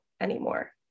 anymore